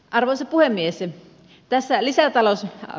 arvoisa puhemies ei tässä lisää talous on